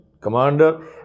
commander